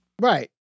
Right